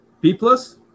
B-plus